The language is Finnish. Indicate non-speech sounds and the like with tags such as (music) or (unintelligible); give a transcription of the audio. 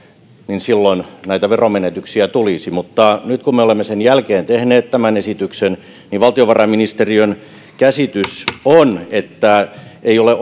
niin silloin näitä veromenetyksiä tulisi mutta nyt kun me olemme sen jälkeen tehneet tämän esityksen niin valtiovarainministeriön käsitys on että ei ole (unintelligible)